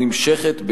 נמשכת,